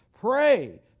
Pray